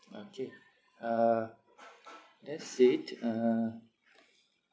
okay uh that's it uh